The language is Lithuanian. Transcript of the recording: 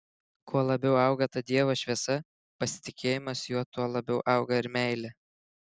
kuo labiau auga ta dievo šviesa pasitikėjimas juo tuo labiau auga ir meilė